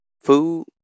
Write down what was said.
food